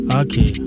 okay